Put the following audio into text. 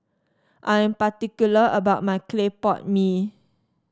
I'm particular about my Clay Pot Mee